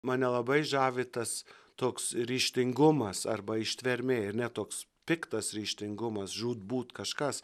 man nelabai žavi tas toks ryžtingumas arba ištvermė ir ne toks piktas ryžtingumas žūt būt kažkas